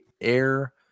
air